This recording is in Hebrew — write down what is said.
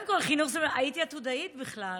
הייתי עתודאית בכלל,